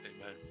Amen